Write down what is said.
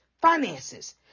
finances